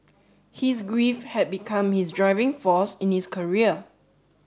his grief had become his driving force in his career